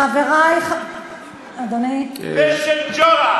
חברי, אדוני, פה של ג'ורה.